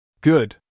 Good